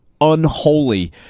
unholy